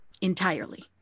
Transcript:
entirely